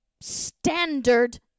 standard